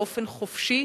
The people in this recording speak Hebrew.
באופן חופשי,